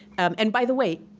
and by the way,